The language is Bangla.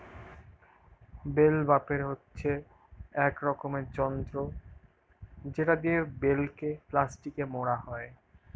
বেল বাপের হচ্ছে এক রকমের যন্ত্র যেটা দিয়ে বেলকে প্লাস্টিকে মোড়া হয়